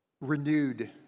renewed